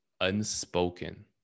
unspoken